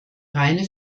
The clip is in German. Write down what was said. reine